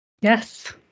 Yes